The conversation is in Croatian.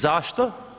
Zašto?